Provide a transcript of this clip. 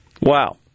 Wow